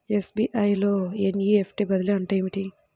SBI లో NEFT బదిలీ అంటే ఏమిటి?